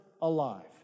alive